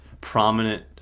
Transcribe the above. prominent